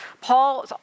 Paul